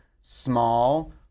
small